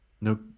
No